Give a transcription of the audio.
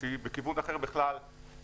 הזה במשבר של 2008 עוד 12-10 מיליארד דולר.